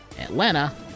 Atlanta